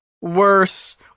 worse